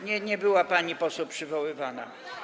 Nie, nie była pani poseł przywoływana.